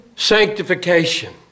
sanctification